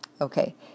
okay